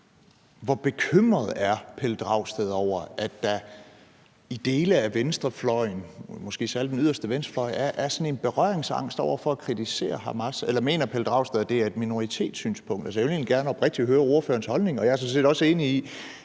hvor bekymret hr. Pelle Dragsted er over, at der på dele af venstrefløjen, måske særlig den yderste venstrefløj, er sådan en berøringsangst over for at kritisere Hamas. Eller mener hr. Pelle Dragsted, at det er et minoritetssynspunkt? Jeg vil egentlig oprigtigt gerne høre partilederens holdning. Jeg er sådan set også enig i,